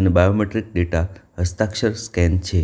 અને biometric data હસ્તાક્ષર scan છે